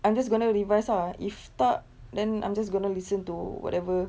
I'm just going to revise ah if tak then I'm just going to listen to whatever